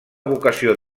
vocació